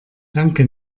danke